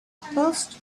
passed